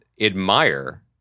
admire